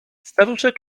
staruszek